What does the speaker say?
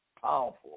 powerful